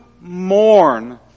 mourn